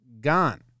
gone